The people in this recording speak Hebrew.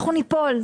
אנחנו ניפול.